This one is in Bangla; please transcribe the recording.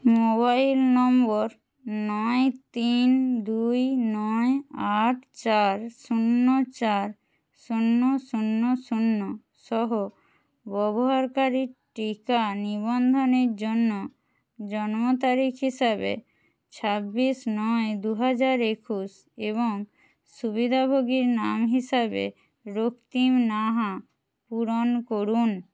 মোবাইল নম্বর নয় তিন দুই নয় আট চার শূন্য চার শূন্য শূন্য শূন্য সহ ব্যবহারকারী টিকা নিবন্ধনের জন্য জন্ম তারিখ হিসাবে ছাব্বিশ নয় দু হাজার একুশ এবং সুবিধাভোগীর নাম হিসাবে রক্তিম নাহা পূরণ করুন